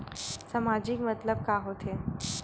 सामाजिक मतलब का होथे?